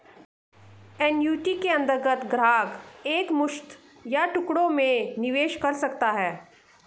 annuity के अंतर्गत ग्राहक एक मुश्त या टुकड़ों में निवेश कर सकता है